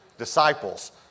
disciples